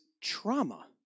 trauma